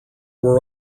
were